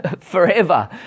forever